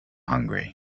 hungry